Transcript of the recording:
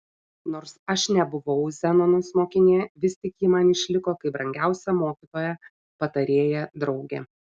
nors aš nebuvau zenonos mokinė vis tik ji man išliko kaip brangiausia mokytoja patarėja draugė